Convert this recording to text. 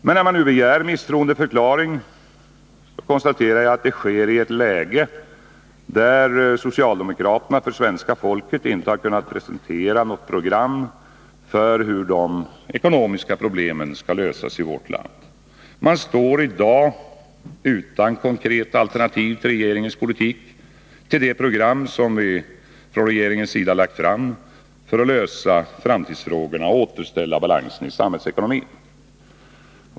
Men när man nu begär misstroendeförklaring konstaterar jag att det sker i ett läge där socialdemokraterna för svenska folket inte har kunnat presentera något program för hur de ekonomiska problemen i vårt land skall lösas. Man står i dag utan konkreta alternativ till regeringens politik, till det program som regeringen lagt fram för att lösa framtidsfrågorna och återställa balansen i samhällsekonomin.